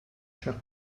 chers